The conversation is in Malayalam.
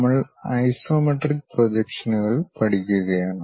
നമ്മൾ ഐസോമെട്രിക് പ്രൊജക്ഷനുകൾ പഠിക്കുകയാണ്